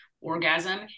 orgasm